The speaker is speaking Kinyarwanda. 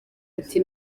ati